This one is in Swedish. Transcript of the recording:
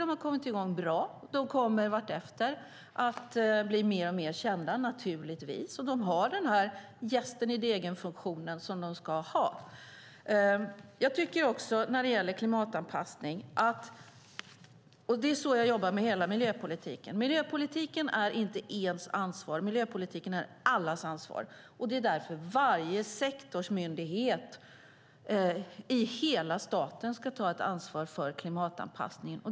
De har kommit i gång bra, de kommer vartefter att bli alltmer kända och de har den jästen-i-degen-funktion som de ska ha. Miljöpolitiken är inte en persons ansvar. Den är allas ansvar. Det är så jag jobbar med hela miljöpolitiken. Varje sektorsmyndighet i staten ska ta ansvar för klimatanpassningen.